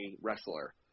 wrestler